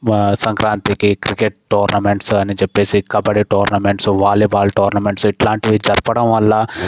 సంక్రాంతికి cricket tournaments అని చెప్పేసి కబడ్డీ టోర్నమెంట్స్ వాలీబాల్ టోర్నమెంట్సు ఇట్లాంటివి జరపడం వల్ల